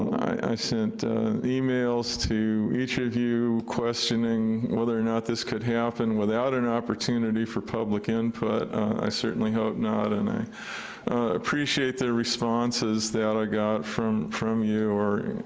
i sent emails to each of you, questioning whether or not this could happen without an opportunity for public input. i certainly hope not, and i appreciate the responses that i got from from you, or,